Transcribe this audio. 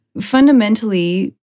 Fundamentally